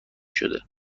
شده